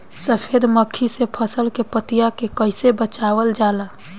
सफेद मक्खी से फसल के पतिया के कइसे बचावल जाला?